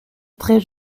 très